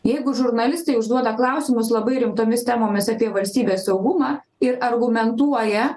jeigu žurnalistai užduoda klausimus labai rimtomis temomis apie valstybės saugumą ir argumentuoja